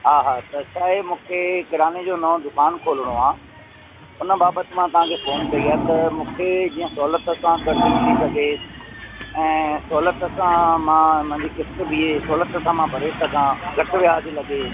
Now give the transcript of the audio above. हा हा त छा आहे मूंखे किरियाने जो नओं दुकानु खोलणो आहे हुन बाबति में तव्हांखे फ़ोन कई त मूंखे जीअं सहूलियत सां कर्ज़ु मिली सघे ऐं सहूलियत सां मां मुंहिंजी किश्त बीहे सहूलियत सां मां भरे सघां घटि व्याजु लॻे